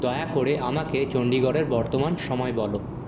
দয়া করে আমাকে চণ্ডীগড়ের বর্তমান সময় বলো